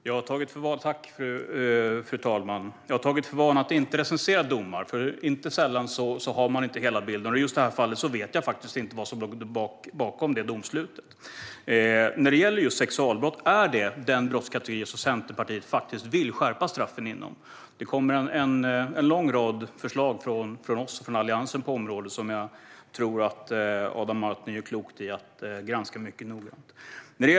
Fru talman! Jag har tagit för vana att inte recensera domar, för inte sällan har man inte hela bilden klar för sig. I just detta fall vet jag inte vad som låg bakom domslutet. Sexualbrott är faktiskt den brottskategori i vilken Centerpartiet vill skärpa straffen. Det kommer en lång rad förslag på området från oss inom Alliansen, som jag tror att Adam Marttinen gör klokt i att granska mycket noggrant.